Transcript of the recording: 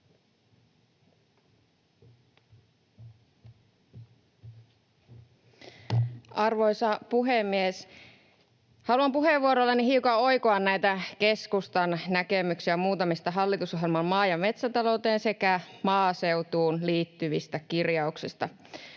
Arvoisa puhemies! Haluan puheenvuorollani hiukan oikoa näitä keskustan näkemyksiä muutamista hallitusohjelman maa- ja metsätalouteen sekä maaseutuun liittyvistä kirjauksista.